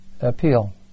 appeal